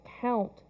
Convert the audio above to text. count